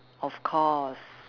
of course